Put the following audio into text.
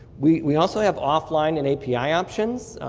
we we also have offline and api options,